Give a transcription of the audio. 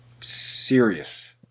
serious